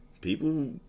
people